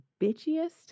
bitchiest